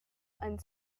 and